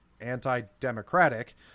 anti-democratic